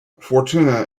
fortuna